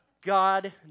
God